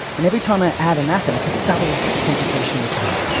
and every time i add an atom it doubles the computational time.